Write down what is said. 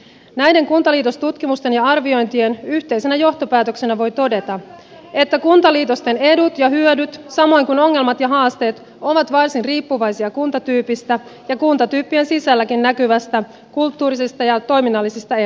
näiden kuntaliitostutkimusten ja arviointien yhteisenä johtopäätöksenä voi todeta että kuntaliitosten edut ja hyödyt samoin kuin ongelmat ja haasteet ovat varsin riippuvaisia kuntatyypistä ja kuntatyyppien sisälläkin näkyvistä kulttuurisista ja toiminnallisista eroista